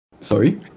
Sorry